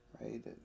right